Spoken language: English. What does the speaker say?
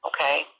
Okay